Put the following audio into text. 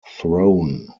throne